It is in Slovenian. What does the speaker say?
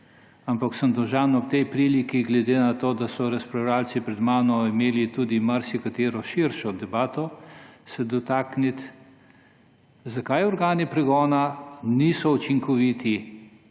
Ampak sem se dolžan ob tej priliki, glede na to, da so razpravljavci pred mano imeli tudi marsikatero širšo debato, dotakniti, zakaj organi pregona niso učinkoviti,